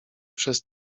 przez